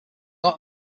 not